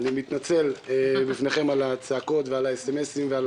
אני מתנצל בפניכם על הצעקות ועל האס-אם-אסים ועל